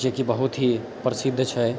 जे कि बहुत ही प्रसिद्ध छै